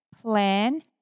Plan